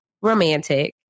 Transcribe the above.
romantic